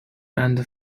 and